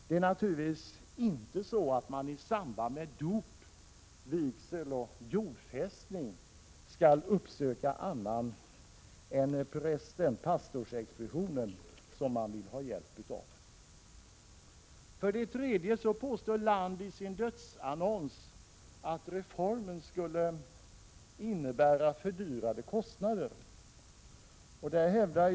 Det är naturligtvis inte meningen att man i samband med dop, vigsel eller jordfästning skall uppsöka annat organ än den präst eller pastorsexpedition som man vill ha hjälp av. Land påstår också i sin dödsannons att reformen skulle innebära fördyrade kostnader.